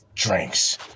Drinks